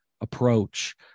approach